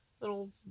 little